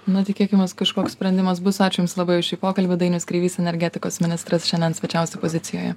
na tikėkimės kažkoks sprendimas bus ačiū jums labai už šį pokalbį dainius kreivys energetikos ministras šiandien svečiavosi pozicijoje